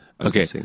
Okay